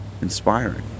inspiring